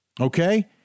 okay